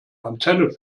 antenne